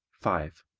five.